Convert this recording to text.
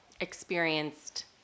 experienced